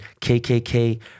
KKK